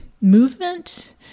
movement